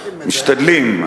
משתדלים.